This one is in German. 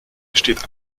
besteht